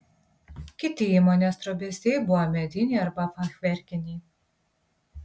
kiti įmonės trobesiai buvo mediniai arba fachverkiniai